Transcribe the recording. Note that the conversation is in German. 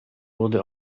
wurde